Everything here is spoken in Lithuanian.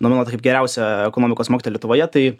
nominuota kaip geriausia ekonomikos mokytoja lietuvoje tai